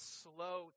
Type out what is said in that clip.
slow